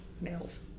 nails